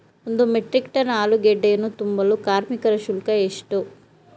ಒಂದು metric tonne ಆಲೂಗೆಡ್ಡೆಯನ್ನು ತುಂಬಲು ಕಾರ್ಮಿಕರ ಶುಲ್ಕ ಎಷ್ಟು?